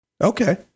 Okay